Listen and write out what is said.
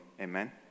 Amen